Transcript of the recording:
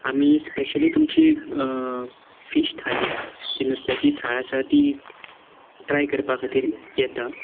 आमी स्पेशली तुमची फिश थाली जी नुस्त्याची थाळ आसा ती ट्राय करपा खातीर येतात